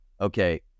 okay